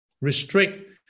restrict